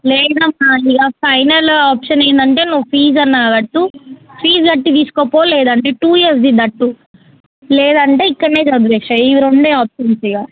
లేదమ్మా ఇక final option ఏంటంటే నువ్వు ఫీజ్ అన్నా కట్టు ఫీజ్ కట్టి తీసుకపో లేదంటే టూ ఇయర్స్ది కట్టు లేదంటే ఇక్కడ చదివేసేయి ఇవి రెండు ఆప్షన్స్ ఇక